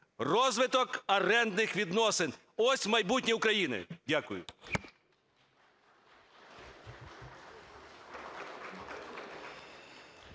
Розвиток орендних відносин – ось майбутнє України. Дякую.